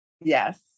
Yes